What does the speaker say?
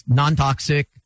non-toxic